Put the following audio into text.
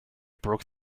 broke